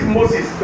Moses